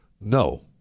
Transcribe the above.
No